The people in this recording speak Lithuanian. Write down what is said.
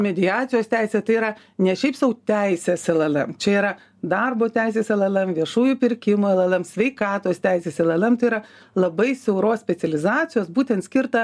mediacijos teisė tai yra ne šiaip sau teisės llm čia yra darbo teisės llm viešųjų pirkimų llm sveikatos teisės llm tai yra labai siauros specializacijos būtent skirta